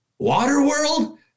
Waterworld